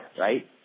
right